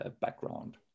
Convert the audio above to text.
background